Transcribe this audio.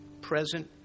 present